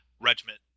regiment